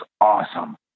awesome